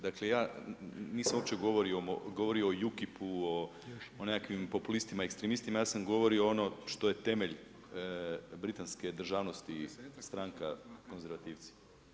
Dakle ja, nisam uopće govorio UKIP-u, o nekakvim populistima, ekstremistima, ja sam govorio ono što je temelj britanske državnosti, stranka konzervativci.